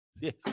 yes